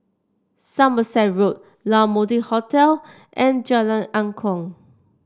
Somerset Road La Mode Hotel and Jalan Angklong